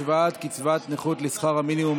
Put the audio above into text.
השוואת קצבת נכות לשכר המינימום),